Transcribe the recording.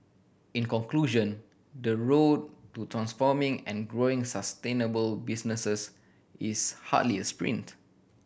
in conclusion the road to transforming and growing sustainable businesses is hardly a sprint